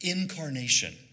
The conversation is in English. incarnation